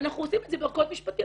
ואנחנו עושים את זה בערכאות משפטיות.